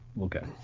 okay